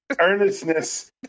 earnestness